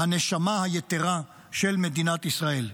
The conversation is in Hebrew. הנשמה היתרה של מדינת ישראל.